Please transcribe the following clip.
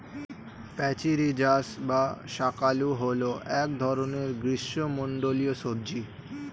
প্যাচিরিজাস বা শাঁকালু হল এক ধরনের গ্রীষ্মমণ্ডলীয় সবজি